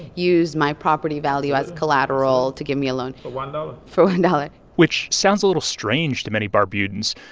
use my property value as collateral to give me a loan for. one dollar. for one dollar which sounds a little strange to many barbudans.